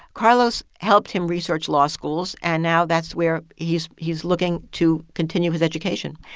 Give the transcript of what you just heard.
carlos helped him research law schools, and now that's where he's he's looking to continue his education.